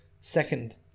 Second